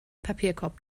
papierkorb